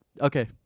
Okay